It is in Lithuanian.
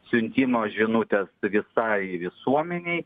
siuntimo žinutės visai visuomenei